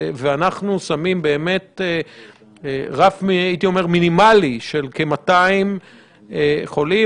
אנחנו שמים רף מינימלי של כ-200 חולים.